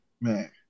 Man